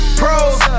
pros